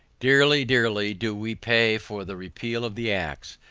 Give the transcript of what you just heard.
dearly, dearly, do we pay for the repeal of the acts,